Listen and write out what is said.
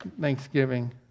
thanksgiving